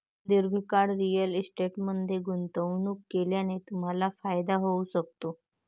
दीर्घकाळ रिअल इस्टेटमध्ये गुंतवणूक केल्याने तुम्हाला फायदा होऊ शकतो